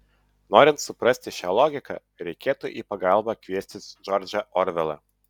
norint suprasti šią logiką reikėtų į pagalbą kviestis džordžą orvelą